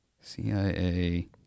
CIA